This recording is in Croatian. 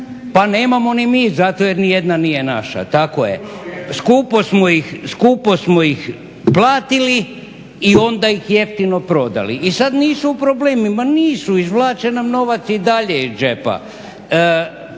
Pa nemamo ni mi zato jer nijedna nije naša, tako je. Skupo smo ih platili i onda ih jeftino prodali. I sad nisu u problemima, nisu izvlače nam novac i dalje iz džepa.